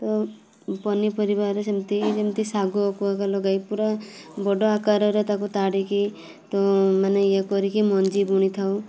ତ ପନିପରିବାରେ ସେମିତି ଯେମିତି ଶାଗ ଲଗାଇ ପୁରା ବଡ଼ ଆକାରରେ ତାକୁ ତାଡ଼ିକି ତ ମାନେ ଇଏ କରିକି ମଞ୍ଜି ବୁଣିଥାଉ